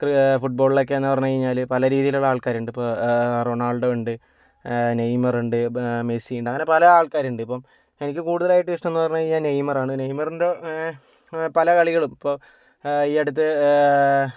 ക്രി ഫുട്ബോളിലൊക്കെ എന്ന് പറഞ്ഞ് കഴിഞ്ഞാല് പല രീതിയിലുള്ള ആൾക്കാര് ഉണ്ട് ഇപ്പോൾ റൊണാൾഡോ ഉണ്ട് നെയ്മർ ഉണ്ട് മെസ്സി ഉ ണ്ട് അങ്ങനെ പല ആൾക്കാരുണ്ട് ഇപ്പോൾ എനിക്ക് കൂടുതലായിട്ട് ഇഷ്ടം എന്ന് പറഞ്ഞു കഴിഞ്ഞാൽ നെയ്മർ ആണ് നെയ്മറിൻ്റ പല കളികളും ഇപ്പോൾ ഈ അടുത്ത്